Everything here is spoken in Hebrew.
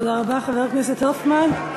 תודה רבה, חבר הכנסת הופמן.